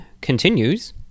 continues